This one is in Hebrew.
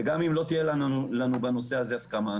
וגם אם לא תהיה לנו בנושא הזה הסכמה,